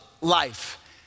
life